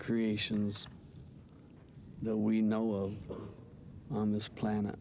creations that we know on this planet